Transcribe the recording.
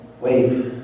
wait